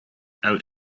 out